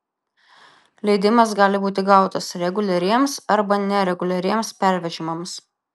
leidimas gali būti gautas reguliariems arba nereguliariems pervežimams